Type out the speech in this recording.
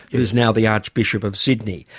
who's now the archbishop of sydney.